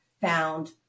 found